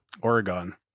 Oregon